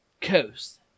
Coast